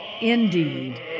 Indeed